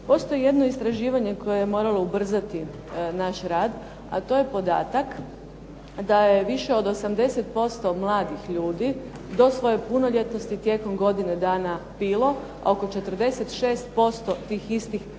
Postoji jedno istraživanje koje je moralo ubrzati naš rad, a to je podatak da je više od 80% mladih ljudi do svoje punoljetnosti tijekom godine dana pilo, a oko 46% tih istih se